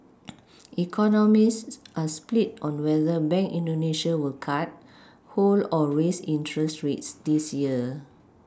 economists are split on whether bank indonesia will cut hold or raise interest rates this year